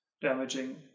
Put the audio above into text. damaging